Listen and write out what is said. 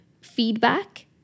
feedback